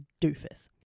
doofus